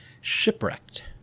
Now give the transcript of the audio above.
Shipwrecked